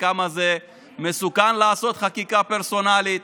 וכמה זה מסוכן לעשות חקיקה פרסונלית.